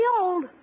old